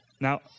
Now